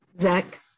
Zach